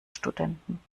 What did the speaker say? studenten